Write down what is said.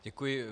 Děkuji.